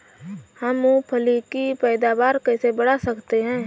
हम मूंगफली की पैदावार कैसे बढ़ा सकते हैं?